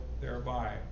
thereby